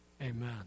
amen